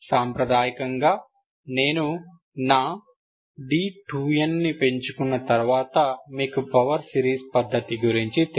సాంప్రదాయకంగా నేను నా d2n ని పెంచుకున్న తర్వాత మీకు పవర్ సిరీస్ పద్ధతి గురించి తెలుసు